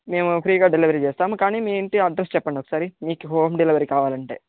మేము ఫ్రీగా డెలివరీ చేస్తాము కానీ మీ ఇంటి అడ్రస్ చెప్పండి ఒకసారి మీకు హోమ్ డెలివరీ కావాలంటే